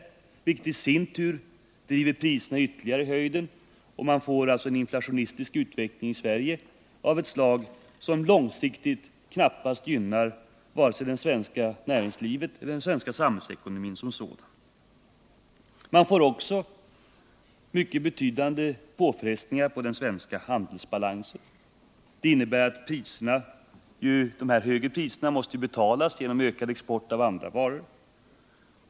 Detta driver i sin tur priserna ytterligare i höjden. Man får alltså en inflationistisk utveckling i Sverige av ett slag som långsiktigt knappast gynnar vare sig det svenska näringslivet eller den svenska samhällsekonomin som sådan. Man får också mycket betydande påfrestningar på den svenska handelsbalansen. De högre priserna måste ju betalas genom ökad export av andra varor.